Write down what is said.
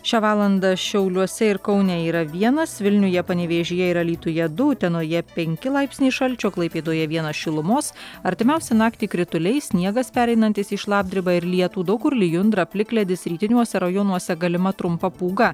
šią valandą šiauliuose ir kaune yra vienas vilniuje panevėžyje ir alytuje du utenoje penki laipsniai šalčio klaipėdoje vienas šilumos artimiausią naktį krituliai sniegas pereinantis į šlapdribą ir lietų daug kur lijundra plikledis rytiniuose rajonuose galima trumpa pūga